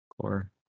Core